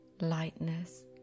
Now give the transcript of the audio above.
lightness